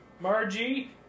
Margie